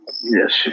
Yes